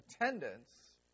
attendance